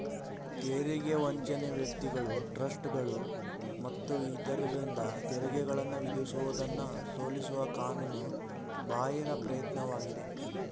ತೆರಿಗೆ ವಂಚನೆ ವ್ಯಕ್ತಿಗಳು ಟ್ರಸ್ಟ್ಗಳು ಮತ್ತು ಇತರರಿಂದ ತೆರಿಗೆಗಳನ್ನ ವಿಧಿಸುವುದನ್ನ ಸೋಲಿಸುವ ಕಾನೂನು ಬಾಹಿರ ಪ್ರಯತ್ನವಾಗಿದೆ